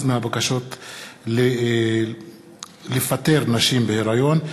משרד הכלכלה מאשר 80% מהבקשות לפטר נשים בהיריון.